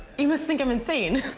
you must think i'm insane.